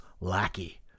lackey